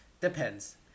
depends